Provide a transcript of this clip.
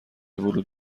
ورود